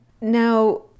Now